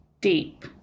deep